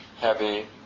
heavy